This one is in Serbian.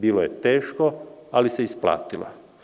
Bilo je teško, ali se isplatilo.